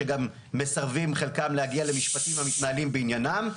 שגם חלקם מסרבים להגיע למשפטים המתנהלים בעניינם,